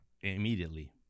Immediately